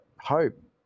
hope